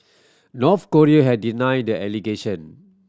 North Korea has denied the allegation